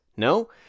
No